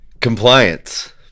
Compliance